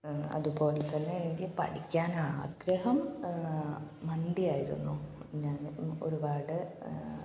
അതുപോലെ തന്നെ എനിക്ക് പഠിക്കാനാഗ്രഹം മന്തിയായിരുന്നു ഞാൻ ഒരുപാട്